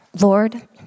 Lord